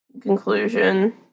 Conclusion